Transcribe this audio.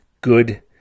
good